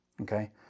okay